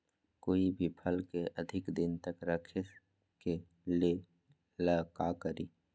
कोई भी फल के अधिक दिन तक रखे के ले ल का करी?